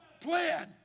Plan